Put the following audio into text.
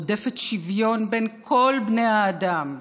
רודפת שוויון בין כל בני האדם,